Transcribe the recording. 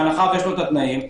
אם יש התנאים,